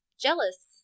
jealous